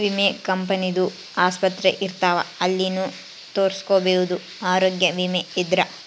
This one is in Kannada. ವಿಮೆ ಕಂಪನಿ ದು ಆಸ್ಪತ್ರೆ ಇರ್ತಾವ ಅಲ್ಲಿನು ತೊರಸ್ಕೊಬೋದು ಆರೋಗ್ಯ ವಿಮೆ ಇದ್ರ